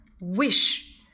Wish